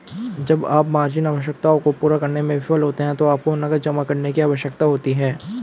जब आप मार्जिन आवश्यकताओं को पूरा करने में विफल होते हैं तो आपको नकद जमा करने की आवश्यकता होती है